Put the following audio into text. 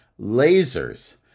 lasers